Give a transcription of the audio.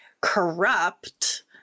corrupt